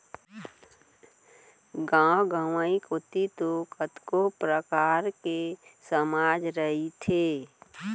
गाँव गंवई कोती तो कतको परकार के समाज रहिथे